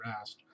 asked